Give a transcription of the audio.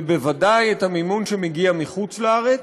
ובוודאי את המימון שמגיע מחוץ-לארץ,